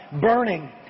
burning